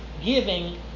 giving